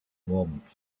moments